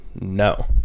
no